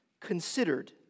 considered